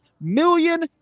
million